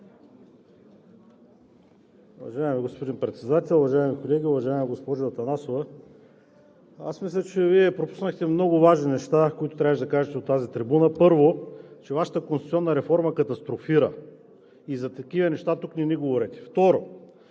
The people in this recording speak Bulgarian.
Уважаеми господин Председател, уважаеми колеги! Уважаема госпожо Атанасова, мисля, че Вие пропуснахте много важни неща, които трябваше да кажете от тази трибуна. Първо, че Вашата конституционна реформа катастрофира и за такива неща тук не ни говорете. Второ,